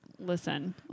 Listen